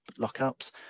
lockups